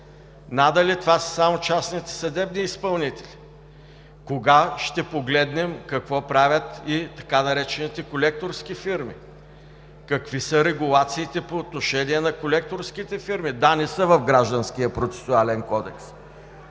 надали това са само частните съдебни изпълнители. Кога ще погледнем какво правят и така наречените „колекторски фирми“? Какви са регулациите по отношение на колекторските фирми? Да, не са в Гражданския процесуален кодекс.